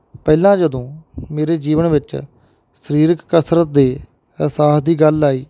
ਪਹਿਲਾਂ ਜਦੋਂ ਮੇਰੇ ਜੀਵਨ ਵਿੱਚ ਸਰੀਰਕ ਕਸਰਤ ਦੇ ਅਹਿਸਾਸ ਦੀ ਗੱਲ ਆਈ